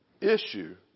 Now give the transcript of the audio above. issue